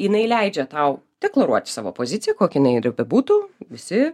jinai leidžia tau deklaruoti savo poziciją kokia jinai bebūtų visi